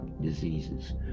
diseases